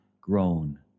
grown